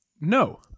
No